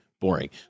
Boring